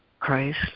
christ